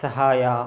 ಸಹಾಯ